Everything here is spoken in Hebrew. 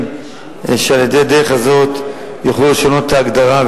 שעל-ידי הדרך הזאת יוכלו לשנות את ההגדרה,